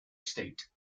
state